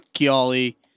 golly